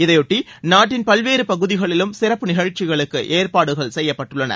இதையொட்டி நாட்டின் பல்வேறு பகுதிகளிலும் சிறப்பு நிகழ்ச்சிகளுக்கு ஏற்பாடுகள் செய்யப்பட்டுள்ளன